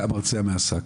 המרצע מן השק.